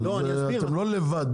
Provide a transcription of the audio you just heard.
לא אתם לא לבד,